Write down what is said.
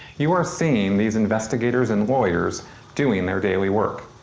you are seeing these investigators and lawyers doing their daily work.